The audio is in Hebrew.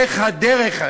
איך הדרך,